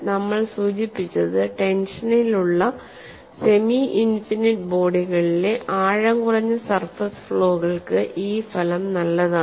നമ്മൾ സൂചിപ്പിച്ചത് ടെൻഷനിൽ ഉള്ള സെമി ഇൻഫിനിറ്റ് ബോഡികളിളിലെ ആഴം കുറഞ്ഞ സർഫേസ് ഫ്ലോകൾക്ക് ഈ ഫലം നല്ലതാണ്